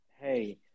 hey